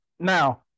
Now